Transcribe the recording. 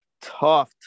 tough